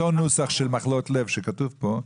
אותו נוסח של מחלות לב שכתוב פה,